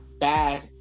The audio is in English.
bad